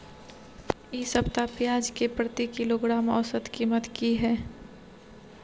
इ सप्ताह पियाज के प्रति किलोग्राम औसत कीमत की हय?